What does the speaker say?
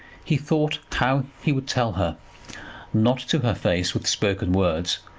he thought how he would tell her not to her face with spoken words,